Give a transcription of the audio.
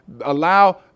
allow